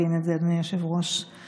רואים ורואות עליו שהוא מכוער".